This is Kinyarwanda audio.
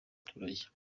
abaturage